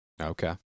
okay